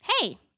Hey